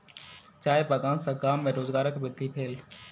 चाय बगान सॅ गाम में रोजगारक वृद्धि भेल